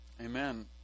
Amen